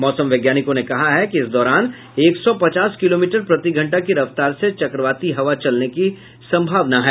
मौसम वैज्ञानिकों ने कहा है कि इस दौरान एक सौ पचास किलोमीटर प्रतिघंटा की रफ्तार से चक्रवाती हवा चलने की संभावना है